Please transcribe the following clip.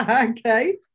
Okay